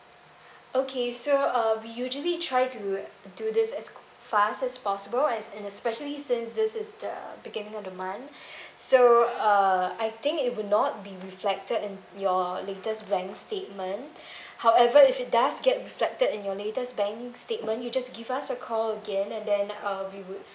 okay so uh we usually try to do this as fast as possible as and especially since this is the beginning of the month so uh I think it will not be reflected in your latest bank statement however if it does get reflected in your latest bank statement you just give us a call again and then uh we would